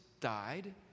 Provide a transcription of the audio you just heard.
died